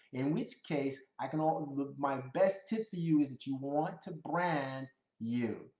in which case, i can offer my best tip for you is that you want to brand you.